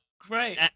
great